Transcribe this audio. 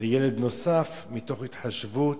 לילד נוסף, מתוך התחשבות.